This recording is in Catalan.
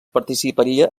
participaria